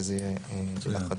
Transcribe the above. שזה יהיה ביחד.